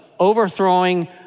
Overthrowing